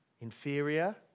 inferior